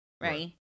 right